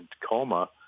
Tacoma